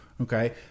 Okay